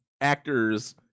actors